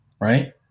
right